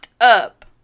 up